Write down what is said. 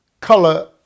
color